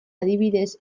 adibidez